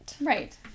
right